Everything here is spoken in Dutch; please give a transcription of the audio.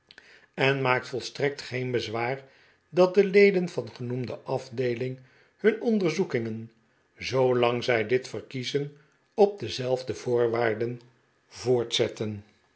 en maakt volstrekt geen bezwaar dat de leden van genoemde afdeeling hun onderzoekingen zoolang zij dit verkiezen op dezelfde voorwaarde voortzetten